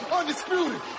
Undisputed